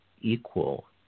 equal